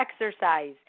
exercise